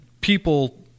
people